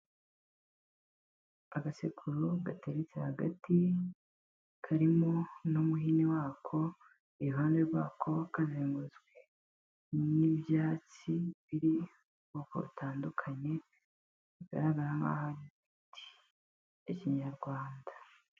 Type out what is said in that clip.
Agasekuru gateretse hagati karimo n'umuhini wako, iruhande rwako kazengurutswe n'ibyatsi biri mu bwoko butandukanye bigaragara nk'aho ari imiti ya kinyarwanda.